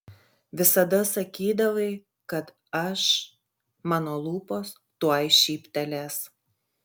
visada sakydavai kad aš mano lūpos tuoj šyptelės